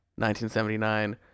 1979